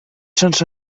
sense